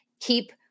Keep